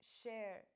share